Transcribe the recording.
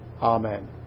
Amen